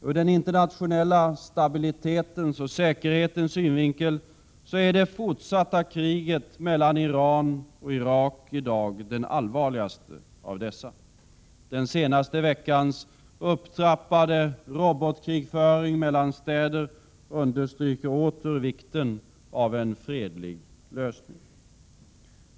Ur den internationella stabiliteten och säkerhetens synvinkel är i dag det fortsatta kriget mellan Iran och Irak den allvarligaste av dessa. Den senaste veckans upptrappade robotkrigföring mellan städer understryker åter vikten av en fredlig lösning.